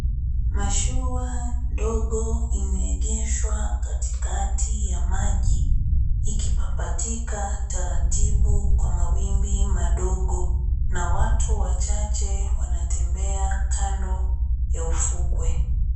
Mashua ndogo imeegeshwa katikati ya maji ikipapatika taratibu kwa mawimbi madogo. Na watu wachache wanatembea kando ya ufukwe.